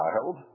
child